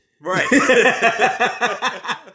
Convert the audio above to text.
Right